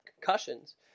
concussions